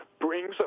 brings